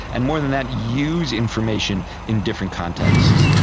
and more than that, use information in different contexts.